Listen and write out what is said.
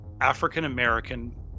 african-american